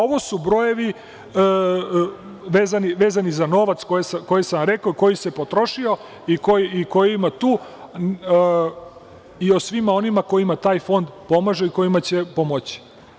Ovo su brojevi vezani za novac koji sam vam rekao, koji se potrošio i koji ima tu i o svima onima kojima taj fond pomaže i kojima će pomoći.